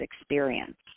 experience